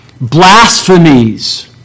Blasphemies